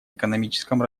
экономическом